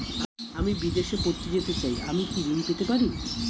আমি বিদেশে পড়তে যেতে চাই আমি কি ঋণ পেতে পারি?